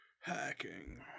Hacking